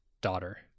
Daughter